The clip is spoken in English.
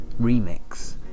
remix